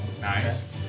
Nice